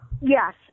yes